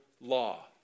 law